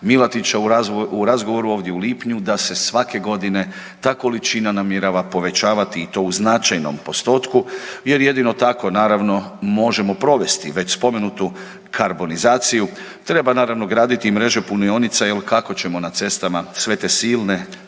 Milatića u razgovoru ovdje u lipnju da se svake godine ta količina namjerava povećavati i to u značajnom postotku jer jedino tako naravno možemo provesti već spomenutu karbonizaciju. Treba naravno graditi i mreže punionica jer kako ćemo na cestama sve te silne